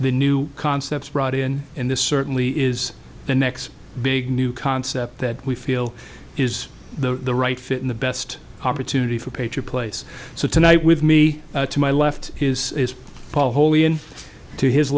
the new concepts brought in in this certainly is the next big new concept that we feel is the right fit in the best opportunity for pay to place so tonight with me to my left is paul holy and to his